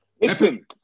Listen